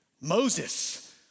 Moses